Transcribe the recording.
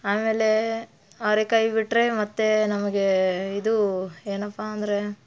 ಆಮೇಲೆ ಅವ್ರೆಕಾಯಿ ಬಿಟ್ಟರೆ ಮತ್ತೆ ನಮಗೆ ಇದು ಏನಪ್ಪ ಅಂದರೆ